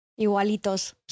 Igualitos